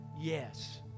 yes